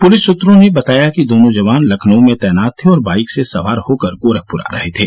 police सूत्रों ने बताया कि दोनों जवान लखनऊ में तैनात थे और बाइक से सवार होकर गोरखपुर आ रहे थे